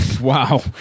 Wow